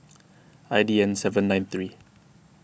I D N seven nine three